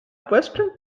western